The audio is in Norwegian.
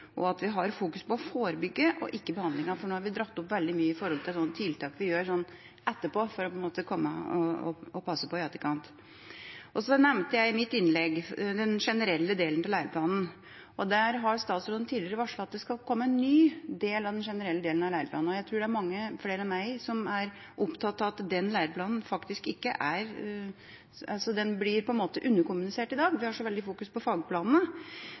og at vi fokuserer på å forebygge og ikke på behandling, for nå har vi dratt fram veldig mye om tiltak vi gjør etterpå, for å passe på i etterkant. Så nevnte jeg i mitt innlegg den generelle delen av læreplanen. Der har statsråden tidligere varslet at det skal komme en ny del av den generelle delen av læreplanen. Jeg tror det er mange flere enn meg som er opptatt av at den læreplanen på en måte blir underkommunisert i dag, vi fokuserer så mye på fagplanene.